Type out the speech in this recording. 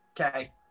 okay